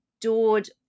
adored